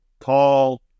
tall